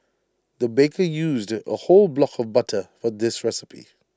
the baker used A whole block of butter for this recipe